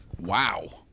Wow